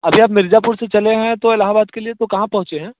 अभी आप मिर्ज़ापुर से चलें हैं तो इलाहाबाद के लिए तो कहाँ पहुँचे हैं